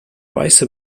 weiße